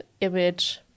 image